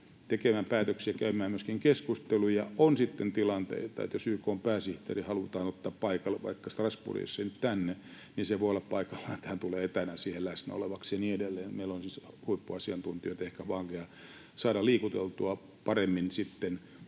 tekemään päätöksiä, käymään myöskin keskusteluja. On sitten tilanteita, että jos YK:n pääsihteeri halutaan ottaa paikalle, vaikka Strasbourgiin, jos ei nyt tänne, niin se voi olla paikallaan, että hän tulee etänä siihen läsnäolevaksi ja niin edelleen. Meillä on siis huippuasiantuntijoita ehkä vaikea saada liikuteltua, paremmin se sitten